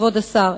כבוד השר,